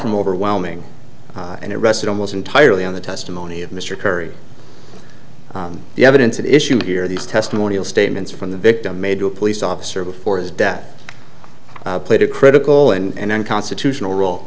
from overwhelming and it rested almost entirely on the testimony of mr curry the evidence at issue here these testimonial statements from the victim made to a police officer before his death played a critical and unconstitutional role